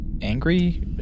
angry